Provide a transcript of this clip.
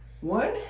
one